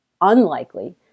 unlikely